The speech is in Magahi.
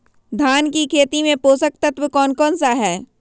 धान की खेती में पोषक तत्व कौन कौन सा है?